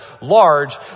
large